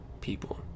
people